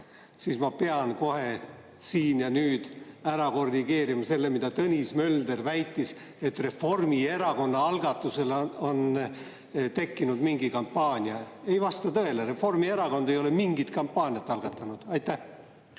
siis ma pean kohe siin ja nüüd ära korrigeerima selle, mida Tõnis Mölder väitis, nagu Reformierakonna algatusel oleks tekkinud mingi kampaania. Ei vasta tõele. Reformierakond ei ole mingit kampaaniat algatanud. Aitäh!